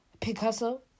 picasso